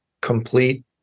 complete